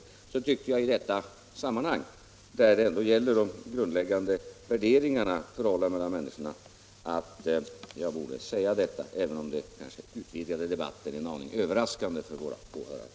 Därför tyckte jag att jag i detta sammanhang, då det ändå gäller de grundläggande värderingarna och förhållandena mellan människor, borde säga vad jag anfört, även om det kanske utvidgar debatten en aning överraskande för åhörarna.